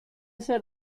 ser